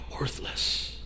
worthless